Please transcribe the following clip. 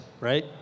right